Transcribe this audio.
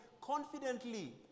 confidently